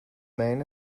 main